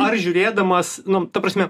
ar žiūrėdamas nu ta prasme